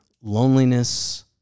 loneliness